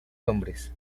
hombres